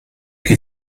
che